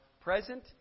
present